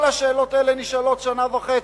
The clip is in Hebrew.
כל השאלות האלה נשאלות שנה וחצי,